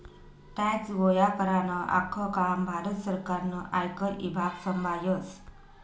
tax गोया करानं आख्खं काम भारत सरकारनं आयकर ईभाग संभायस